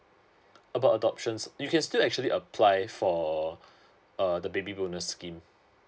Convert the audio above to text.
about adoptions you can still actually apply for uh the baby bonus scheme